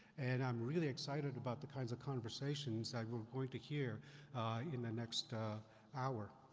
and i'm really excited about the kinds of conversations that we're going to hear in the next hour.